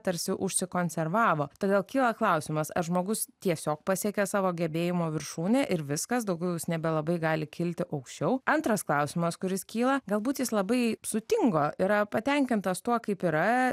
tarsi užsikonservavo todėl kyla klausimas ar žmogus tiesiog pasiekė savo gebėjimų viršūnę ir viskas daugiau jis nebelabai gali kilti aukščiau antras klausimas kuris kyla galbūt jis labai sutingo yra patenkintas tuo kaip yra